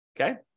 okay